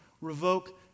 revoke